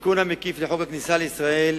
התיקון המקיף לחוק הכניסה לישראל,